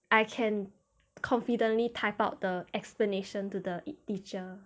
I can confidently type out the explanation to the teacher